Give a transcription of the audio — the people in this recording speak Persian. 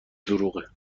دروغه